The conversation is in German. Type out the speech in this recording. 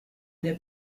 der